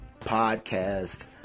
podcast